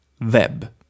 Web